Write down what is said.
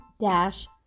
dash